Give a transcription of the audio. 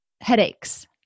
headaches